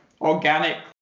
organic